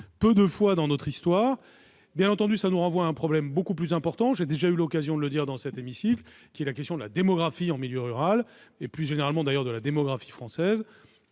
peu de fois dans notre histoire. Cela nous renvoie au problème beaucoup plus important- j'ai déjà eu l'occasion de le dire dans cet hémicycle -de la démographie en milieu rural, et plus généralement, de la démographie française,